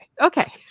Okay